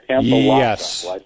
Yes